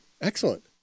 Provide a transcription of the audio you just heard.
Excellent